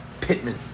Pittman